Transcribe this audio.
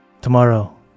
Tomorrow